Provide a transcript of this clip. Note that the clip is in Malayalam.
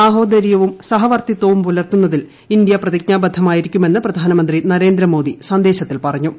സഹോദര്യവും സഹവർത്തിത്വും ഇന്ത്യ പ്രതിജ്ഞാബദ്ധമായിരിക്കുക്കെന്ന് പ്രധാനമന്ത്രി നരേന്ദ്രമോദി സന്ദേശത്തിൽ പറഞ്ഞു